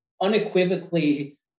unequivocally